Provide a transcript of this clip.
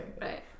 Right